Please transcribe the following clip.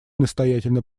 настоятельно